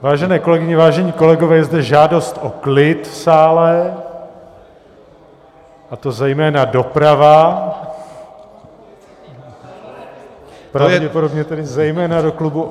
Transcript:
Vážené kolegyně, vážení kolegové, je zde žádost o klid v sále, a to zejména doprava, pravděpodobně tedy zejména do klubu...